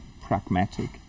pragmatic